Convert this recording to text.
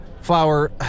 Flower